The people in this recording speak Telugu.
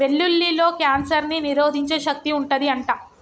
వెల్లుల్లిలో కాన్సర్ ని నిరోధించే శక్తి వుంటది అంట